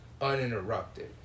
Uninterrupted